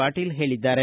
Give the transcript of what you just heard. ಪಾಟೀಲ ಹೇಳಿದ್ದಾರೆ